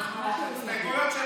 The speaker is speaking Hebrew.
מה אתה רוצה,